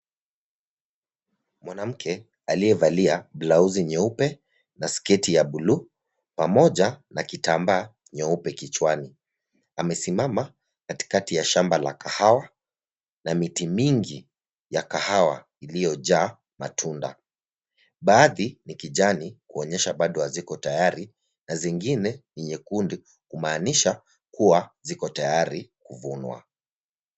Mwanamke aliyevalia blauzi nyeupe na sketi ya buluu pamoja na kitambaa nyeupe kichwani, amesimama katikati ya shamba la kahawa na miti mingi ya kahawa iliyojaa matunda. Baadhi ni kijani kuonyesha baado haziko tayari na zingine ni nyekundu kumaanisha kuwa ziko tayari kuvunwa.